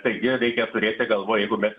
taigi reikia turėti galvoj jeigu mes